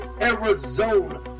Arizona